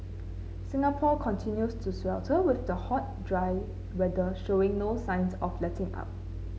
Singapore continues to swelter with the hot dry weather showing no signs of letting up